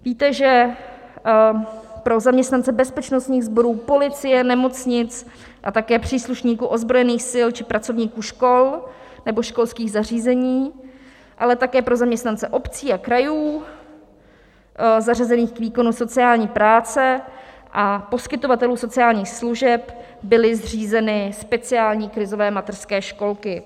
Víte, že pro zaměstnance bezpečnostních sborů policie, nemocnic a také příslušníků ozbrojených sil či pracovníků škol nebo školských zařízení, ale také pro zaměstnance obcí a krajů zařazených k výkonu sociální práce a poskytovatelů sociálních služeb byly zřízeny speciální krizové mateřské školky.